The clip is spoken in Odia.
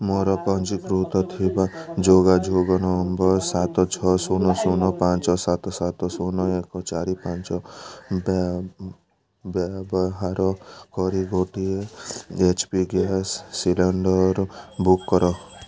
ମୋର ପଞ୍ଜୀକୃତ ଥିବା ଯୋଗାଯୋଗ ନମ୍ବର୍ ସାତ ଛଅ ଶୂନ ଶୂନ ପାଞ୍ଚ ସାତ ସାତ ଶୂନ ଏକ ଚାରି ପାଞ୍ଚ ବ୍ୟବହାର କରି ଗୋଟିଏ H P gas cylinder book କର